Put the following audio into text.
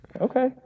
Okay